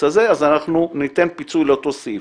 הזה אז אנחנו ניתן פיצוי לאותו סעיף.